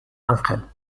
ángel